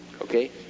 Okay